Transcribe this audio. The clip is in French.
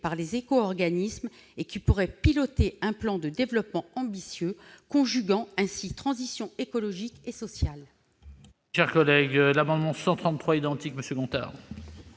par les éco-organismes et qui pourrait piloter un plan de développement ambitieux, conjuguant ainsi transitions écologique et sociale.